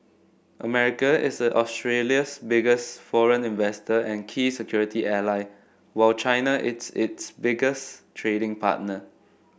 America is a Australia's biggest foreign investor and key security ally while China is its biggest trading partner